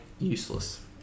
useless